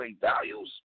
values